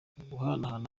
guhanahana